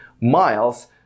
miles